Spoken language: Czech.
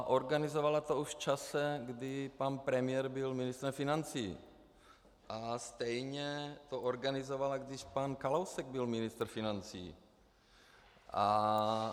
Organizovala to už v čase, kdy pan premiér byl ministrem financí, a stejně to organizovala, když pan Kalousek byl ministrem financí.